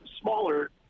smaller